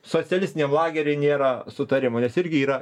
socialistiniam lagery nėra sutarimo nes irgi yra